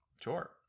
sure